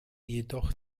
jedoch